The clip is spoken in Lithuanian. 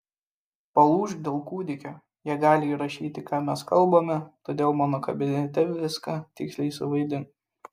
palūžk dėl kūdikio jie gali įrašyti ką mes kalbame todėl mano kabinete viską tiksliai suvaidink